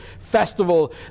festival